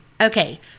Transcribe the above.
Okay